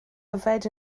yfed